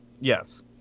Yes